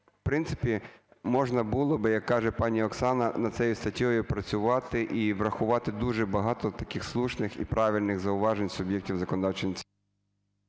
в принципі можна було би, як каже пані Оксана, над цією статтею працювати і врахувати дуже багато таких слушних і правильних зауважень суб'єктів законодавчої ініціативи.